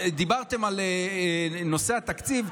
דיברתם על נושא התקציב,